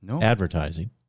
advertising